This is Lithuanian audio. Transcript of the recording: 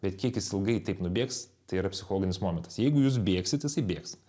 bet kiek jis ilgai taip nubėgs tai yra psichologinis momentas jeigu jūs bėgsit jisai bėgs